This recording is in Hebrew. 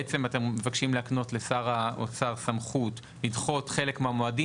בעצם אתם מבקשים להקנות לשר האוצר סמכות לדחות חלק מהמועדים,